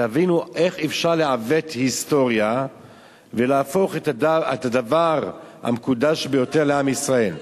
תבינו איך אפשר לעוות היסטוריה ולהפוך את הדבר המקודש ביותר לעם ישראל,